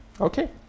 Okay